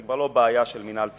זו כבר לא בעיה של מינהל תקין,